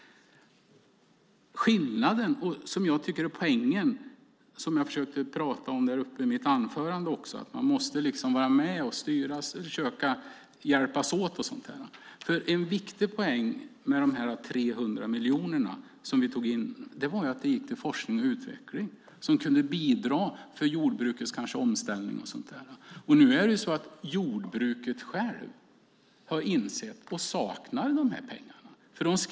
Skillnaden, och det som jag tycker är poängen, är det som jag försökte prata om i mitt anförande. Man måste vara med och styra, försöka hjälpas åt och så vidare. En viktig poäng med de 300 miljoner som vi tog in var att de gick till forskning och utveckling som kunde bidra till jordbrukets omställning med mera. Nu har jordbruket självt insett detta och saknar pengarna.